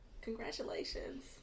Congratulations